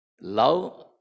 love